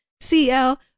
CL